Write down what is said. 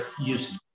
using